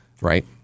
Right